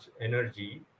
energy